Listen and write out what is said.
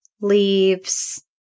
leaves